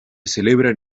celebran